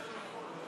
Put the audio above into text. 62 חברי כנסת,